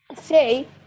say